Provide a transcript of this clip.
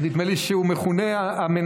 נדמה לי שהוא מכונה המנמק.